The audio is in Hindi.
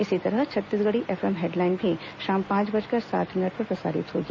इसी तरह छत्तीसगढ़ी एफएम हेडलाइन भी शाम पांच बजकर सात मिनट पर प्रसारित होगी